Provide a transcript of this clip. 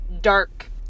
dark